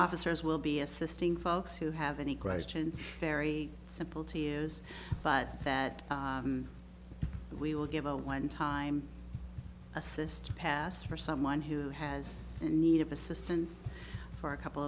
officers will be assisting folks who have any questions it's very simple to use but that we will give a one time assist pass for someone who has a need of assistance for a couple